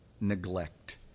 neglect